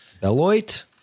Beloit